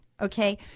Okay